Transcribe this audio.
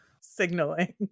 Signaling